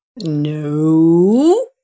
No